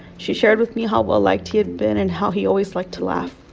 she shared with me how well-liked he had been and how he always liked to laugh.